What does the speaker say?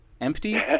empty